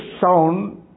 sound